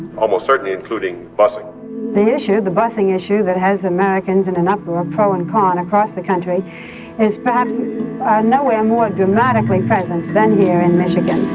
almost certainly including busing the issue the busing issue that has americans in an uproar, pro and con, across the country is perhaps nowhere more dramatically present than here in michigan